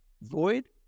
void